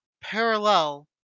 parallel